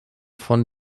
von